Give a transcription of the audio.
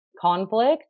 conflict